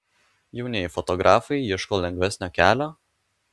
jaunieji fotografai ieško lengvesnio kelio